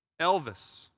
Elvis